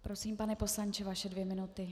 Prosím, pane poslanče, vaše dvě minuty.